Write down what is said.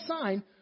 sign